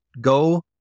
Go